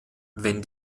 wenn